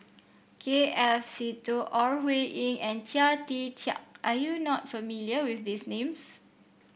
K F Seetoh Ore Huiying and Chia Tee Chiak are you not familiar with these names